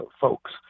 folks